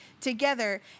together